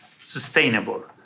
sustainable